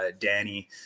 Danny